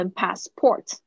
passport 。